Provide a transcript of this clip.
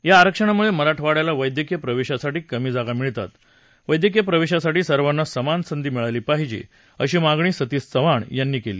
या आरक्षणामुळे मराठवाङ्याला वैद्यकीय प्रवेशासाठी कमी जागा मिळतात वैद्यकीय प्रवेशासाठी सर्वांना समान संधी मिळाली पाहिजे अशी मागणी सतीश चव्हाण यांनी केली